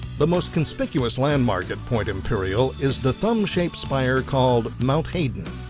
the most conspicuous landmark at point imperial is the thumb-shaped spire called mount hayden.